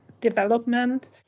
development